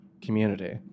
community